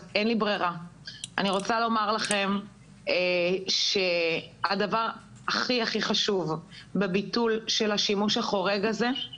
אני רוצה לומר לכם שהדבר הכי הכי חשוב בביטול של השימוש החורג הזה הוא